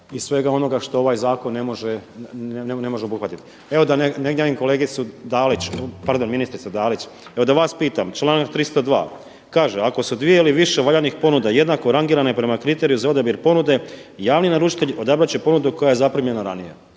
kolegicu Dalić, pardon ministricu Dalić, evo da vas pitam, članak 302. kaže „ako su dvije ili više valjanih ponuda jednako rangirane prema kriteriju za odabir ponude javni naručite odabrat će ponudu koja je zaprimljena ranije“.